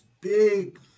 big